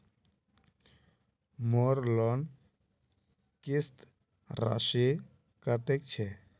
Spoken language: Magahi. मोर लोन किस्त राशि कतेक छे?